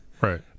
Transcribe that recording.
Right